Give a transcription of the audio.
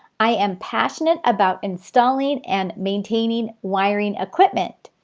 i am passionate about installing and maintaining wiring equipment.